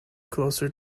closer